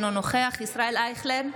אינו נוכח ישראל אייכלר,